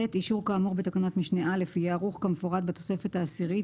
אישור כאמור בתקנת משנה (א) יהיה ערוך כמפורט בתוספת העשירית,